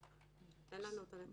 אין לנו נתונים.